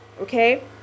Okay